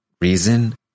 reason